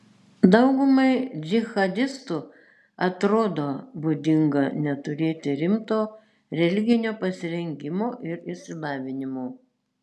daugumai džihadistų atrodo būdinga neturėti rimto religinio pasirengimo ir išsilavinimo